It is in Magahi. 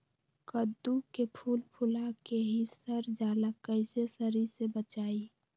कददु के फूल फुला के ही सर जाला कइसे सरी से बचाई?